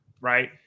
Right